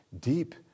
deep